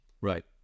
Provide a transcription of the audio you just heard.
Right